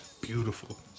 Beautiful